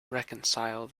reconcile